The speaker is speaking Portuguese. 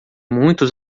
muitos